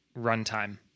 runtime